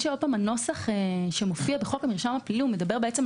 הנוסח שמופיע בחוק המרשם הפלילי מדבר על